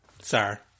Sir